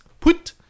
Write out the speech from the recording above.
put